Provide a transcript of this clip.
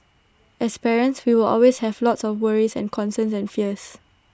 as parents we will always have lots of worries and concerns and fears